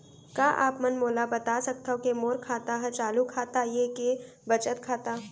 का आप मन मोला बता सकथव के मोर खाता ह चालू खाता ये के बचत खाता?